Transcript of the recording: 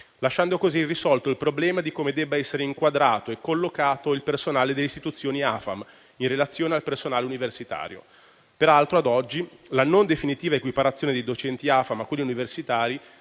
lasciando così irrisolto il problema di come debba essere inquadrato e collocato il personale delle istituzioni AFAM in relazione al personale universitario. Peraltro, ad oggi, la non definitiva equiparazione dei docenti AFAM a quelli universitari